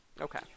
Okay